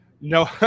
no